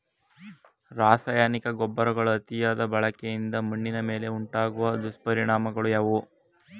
ರಾಸಾಯನಿಕ ಗೊಬ್ಬರಗಳ ಅತಿಯಾದ ಬಳಕೆಯಿಂದ ಮಣ್ಣಿನ ಮೇಲೆ ಉಂಟಾಗುವ ದುಷ್ಪರಿಣಾಮಗಳು ಯಾವುವು?